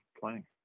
playing